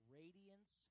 radiance